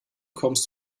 kommst